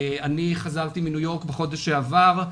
אני חזרתי מניו-יורק בחודש שעבר,